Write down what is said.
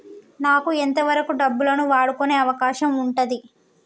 నాకు ఎంత వరకు డబ్బులను వాడుకునే అవకాశం ఉంటది?